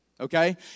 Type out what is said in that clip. Okay